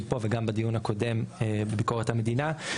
פה וגם בדיון הקודם בביקורת המדינה,